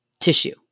tissue